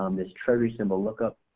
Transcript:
um this treasury symbol lookup